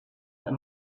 that